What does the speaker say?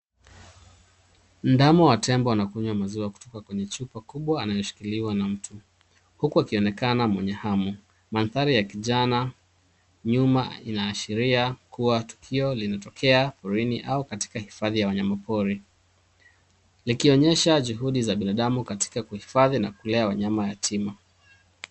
Ndama wa tembo anakunywa maziwa kutoka kwenye chupa kubwa, anayoshikiliwa na mtu, huku akionekana mwenye hamu. Mandhari ya kijana nyuma inaashiria kuwa tukio linatokea porini au katika hifadhi ya wanyama pori. Likionyesha juhudi za binadamu katika kuhifadhi na kulea wanyama yatima.